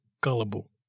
gullible